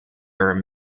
are